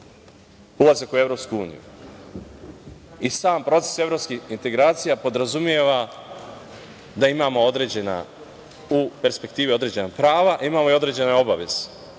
ulazak u EU. I sam proces evropskih integracija podrazumeva da imamo u perspektivi određena prava, imamo i određene obaveze.S